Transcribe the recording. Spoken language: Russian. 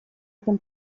этом